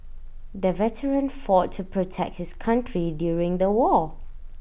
the veteran fought to protect his country during the war